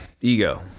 Ego